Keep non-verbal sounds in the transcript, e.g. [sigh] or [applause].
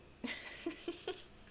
[laughs]